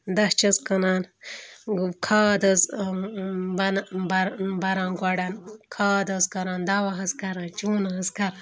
دَچھ حظ کٕنان کھاد حظ بَنہٕ بَرٕ بَران گۄڈَن کھاد حظ کَران دَوا حظ کَران چوٗنہٕ حظ کَران